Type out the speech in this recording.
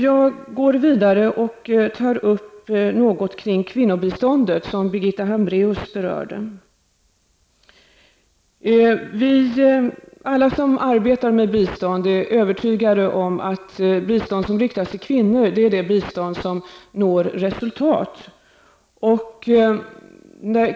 Jag skall därefter säga något om kvinnobiståndet, vilket Birgitta Hambraeus berörde. Alla som arbetar med bistånd är övertygade om att bistånd som riktas till kvinnor är det bistånd som når resultat.